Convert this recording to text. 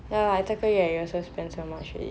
ya 这个月 you also spend so much already